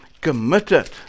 committed